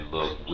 Look